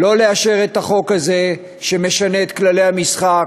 לא לאשר את החוק הזה, שמשנה את כללי המשחק.